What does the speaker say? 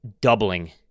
doubling